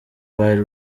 wide